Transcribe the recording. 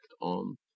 on